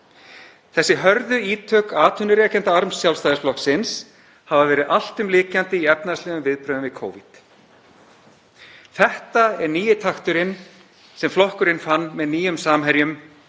Þessi hörðu ítök atvinnurekendaarms Sjálfstæðisflokksins hafa verið alltumlykjandi í efnahagslegum viðbrögðum við Covid. Þetta er nýi takturinn sem flokkurinn fann með nýjum samherjum,